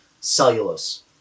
cellulose